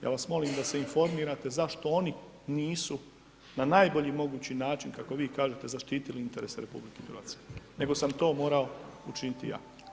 Ja vas molim da se informirate zašto oni nisu na najbolji mogući način, kako vi kažete, zaštitili interese RH, nego sam to morao učiniti ja.